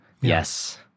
Yes